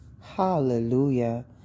Hallelujah